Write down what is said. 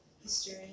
history